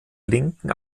linken